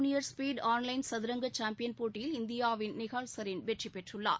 junior speed online சதரங்க champion போட்டியில் இந்தியாவின் நிஹால் சரீன் வெற்றி பெற்றுள்ளார்